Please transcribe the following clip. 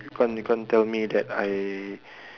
you can't you can't tell me that I